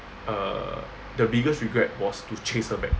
err the biggest regret was to chase her back